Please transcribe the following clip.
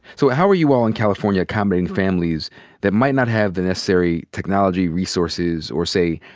so how are you all in california accommodating families that might not have the necessarily technology, resources, or say,